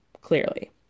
clearly